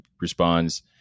responds